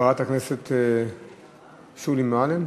חברת הכנסת שולי מועלם,